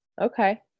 Okay